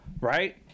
right